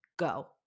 Go